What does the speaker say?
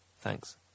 Thanks